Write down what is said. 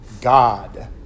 God